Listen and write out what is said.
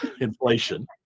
inflation